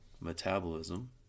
metabolism